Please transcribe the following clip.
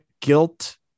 guilt